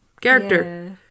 character